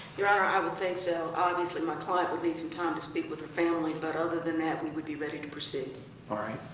your honor, i would think so. obviously, my client would need some time to speak with her family, but other than that we would be ready to proceed. ah jeffrey